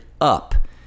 up